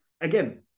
Again